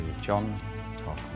John